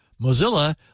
Mozilla